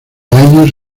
años